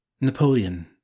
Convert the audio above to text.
Napoleon